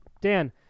Dan